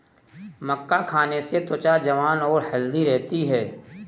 मक्का खाने से त्वचा जवान और हैल्दी रहती है